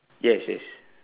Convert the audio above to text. yes yes